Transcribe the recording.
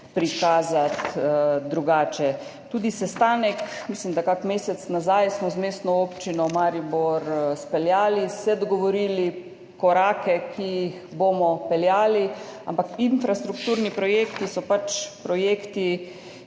prikazati drugače. Tudi sestanek, mislim, da kakšen mesec nazaj, smo z Mestno občino Maribor izpeljali, se dogovorili za korake, ki jih bomo peljali, ampak infrastrukturni projekti so pač projekti,